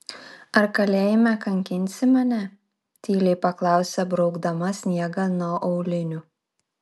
ar kalėjime kankinsi mane tyliai paklausė braukdama sniegą nuo aulinių